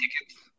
tickets